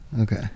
Okay